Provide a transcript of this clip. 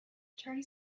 attorney